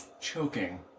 Choking